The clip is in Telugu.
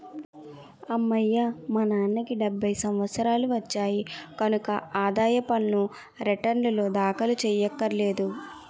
అమ్మయ్యా మా నాన్నకి డెబ్భై సంవత్సరాలు వచ్చాయి కనక ఆదాయ పన్ను రేటర్నులు దాఖలు చెయ్యక్కర్లేదు